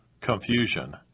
confusion